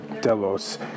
Delos